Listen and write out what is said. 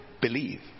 believe